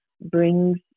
brings